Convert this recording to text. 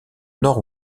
nord